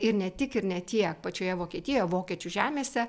ir ne tik ir ne tiek pačioje vokietijoje vokiečių žemėse